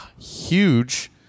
huge